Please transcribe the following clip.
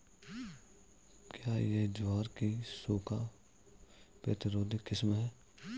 क्या यह ज्वार की सूखा प्रतिरोधी किस्म है?